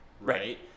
Right